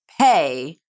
pay